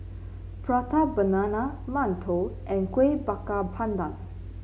Prata Banana Mantou and Kuih Bakar Pandan